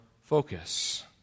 focus